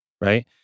right